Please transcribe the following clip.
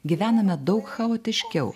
gyvename daug chaotiškiau